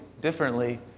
differently